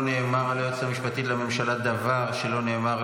לא נאמר על היועצת המשפטית לממשלה דבר שלא נאמר,